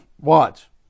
Watch